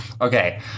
Okay